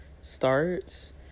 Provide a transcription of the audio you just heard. starts